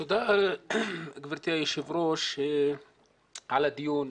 תודה גבירתי היו"ר על הדיון.